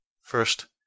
First